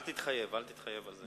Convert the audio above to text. אל תתחייב, אל תתחייב על זה.